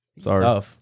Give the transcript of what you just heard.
Sorry